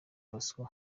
bosco